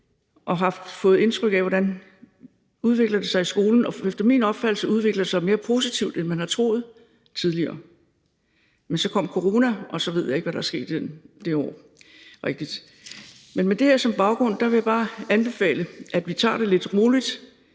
og fået indtryk af, hvordan det udvikler sig i skolen. Efter min opfattelse udvikler det sig mere positivt, end man har troet tidligere, men så kom corona, og så ved jeg ikke, hvad der rigtig er sket i det år. Men med det her som baggrund vil jeg bare anbefale, at vi tager det lidt roligt,